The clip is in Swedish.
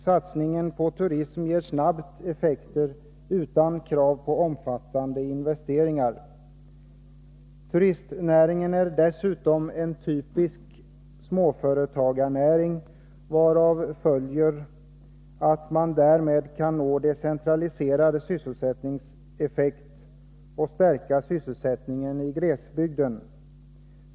Satsningar på turism ger snabbt effekter utan krav på omfattande investeringar. Turistnäringen är vidare en typisk småföretagarnäring, varav följer att man därmed kan nå decentraliserad sysselsättningseffekt och stärka sysselsättningen i glesbygden.